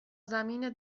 زمین